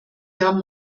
haben